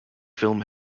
film